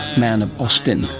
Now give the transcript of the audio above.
man of austin,